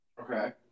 Okay